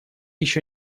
еще